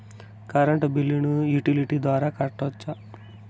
Current బిల్లును utility ద్వారా కట్టొచ్చా?